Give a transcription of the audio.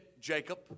Jacob